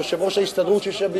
יושב-ראש ההסתדרות ישב,